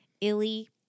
Illy